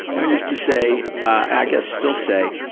i used to say, i guess still say,